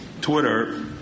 Twitter